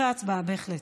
אחרי ההצבעה, בהחלט.